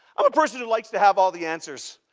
i'm a person who likes to have all the answers.